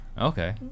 Okay